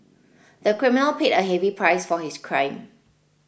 the criminal paid a heavy price for his crime